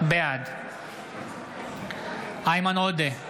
בעד איימן עודה,